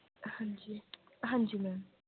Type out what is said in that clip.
ਹਾਂਜੀ ਹਾਂਜੀ ਮੈਮ